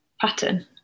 pattern